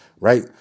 right